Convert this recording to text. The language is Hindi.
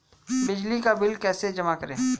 बिजली का बिल कैसे जमा करें?